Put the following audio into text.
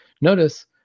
notice